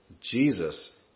Jesus